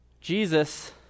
Jesus